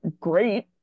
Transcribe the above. great